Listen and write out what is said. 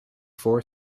four